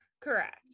Correct